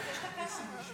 יש תקנון.